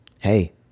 hey